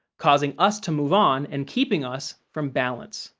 causing us to move on and keeping us from balance.